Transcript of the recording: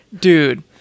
dude